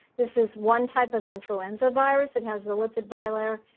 this is one type of influenza virus. it has the lipid bilayer.